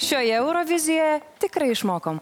šioje eurovizijoje tikrai išmokom